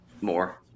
more